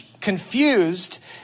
confused